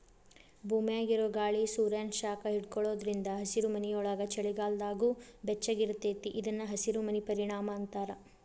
ಭೂಮ್ಯಾಗಿರೊ ಗಾಳಿ ಸೂರ್ಯಾನ ಶಾಖ ಹಿಡ್ಕೊಳೋದ್ರಿಂದ ಹಸಿರುಮನಿಯೊಳಗ ಚಳಿಗಾಲದಾಗೂ ಬೆಚ್ಚಗಿರತೇತಿ ಇದನ್ನ ಹಸಿರಮನಿ ಪರಿಣಾಮ ಅಂತಾರ